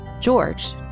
George